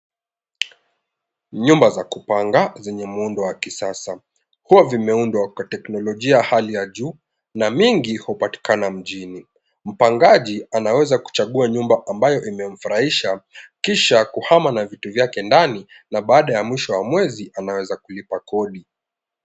Nyumba za kupanga zenye muundo wa kisasa. Huwa vimeundwa kwa teknolojia ya hali ya juu na mingi hupatikana mjini. Mpangaji anaweza kuchagua nyumba amabayo imemfurahisha kisha kuhama na vitu vyake ndani na baada ya mwisho wa mwezi anaweza kulipa kodi.